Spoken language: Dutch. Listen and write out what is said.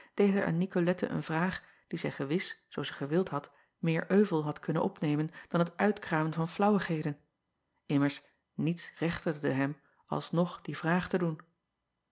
aan icolette een vraag die zij gewis zoo zij gewild had meer euvel had kunnen opnemen dan het uitkramen van flaauwigheden immers niets rechtigde hem alsnog die vraag te doen